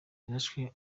yarashwe